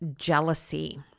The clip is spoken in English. jealousy